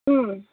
ꯎꯝ